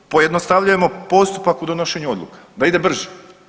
Pojednostavljujemo postupak u donošenju odluka da ide brže.